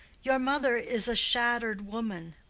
your mother is a shattered woman.